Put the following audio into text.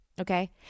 okay